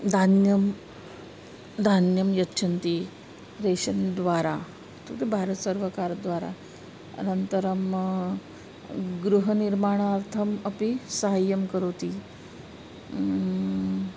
दान्यं दान्यं यच्छन्ति रेशन् द्वारा तत् भारतसर्वकारद्वारा अनन्तरं गृहनिर्माणार्थम् अपि साहाय्यं करोति